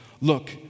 Look